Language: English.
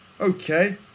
Okay